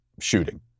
shooting